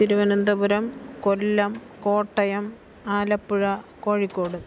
Thiruvananthapuram Kollam Kottayam Alappuzha Kozhikode